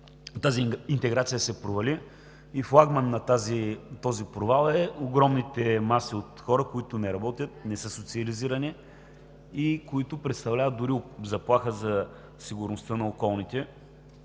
тази интеграция се провали, и флагман на този провал са огромните маси от хора, които не работят, не са социализирани и които представляват дори заплаха за сигурността на околните